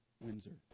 Windsor